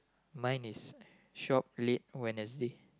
mine is shop late Wednesday